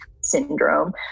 syndrome